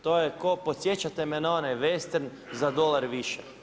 To je kao podsjećate me na onaj vestern „Za dolar više“